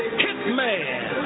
hitman